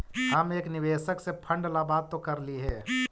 हम एक निवेशक से फंड ला बात तो करली हे